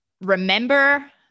remember